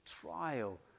trial